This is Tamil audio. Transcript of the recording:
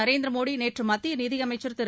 நரேந்திர மோடி நேற்று மத்திய நிதியமைச்சர் திரு